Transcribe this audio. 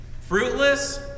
Fruitless